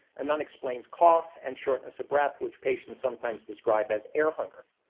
an unexplained cough, and shortness breath, which patients sometimes described as air hunger.